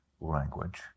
language